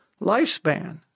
lifespan